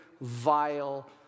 vile